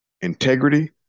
Integrity